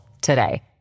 today